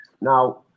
Now